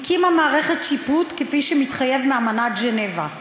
הקימה מערכת שיפוט כפי שמתחייב מאמנת ז'נבה,